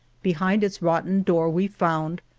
behind its rotten door we found,